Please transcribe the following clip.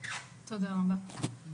רבה.